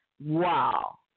wow